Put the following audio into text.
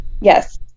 Yes